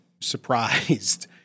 surprised